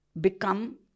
become